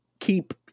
keep